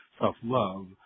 self-love